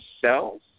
cells